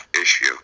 issue